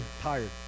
tired